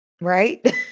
right